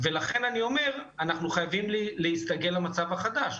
אנחנו חייבים להסתגל למצב החדש.